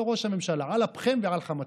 ראש הממשלה בעבר,